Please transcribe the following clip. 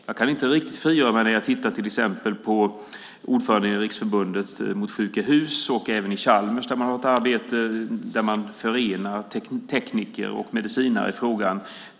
Jag har sett till exempel att ordföranden i Riksförbundet mot sjuka hus och Chalmers har ett arbete där tekniker och medicinare förenas.